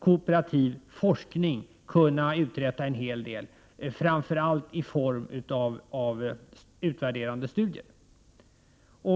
Kooperativ forskning skulle kunna uträtta en hel del, framför allt i form av utvärderande studier.